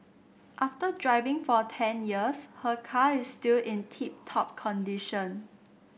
after driving for ten years her car is still in tip top condition